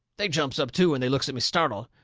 they jumps up too, and they looks at me startled.